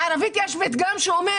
בערבית יש פתגם שאומר